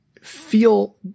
feel